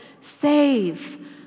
save